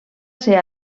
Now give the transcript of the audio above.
ser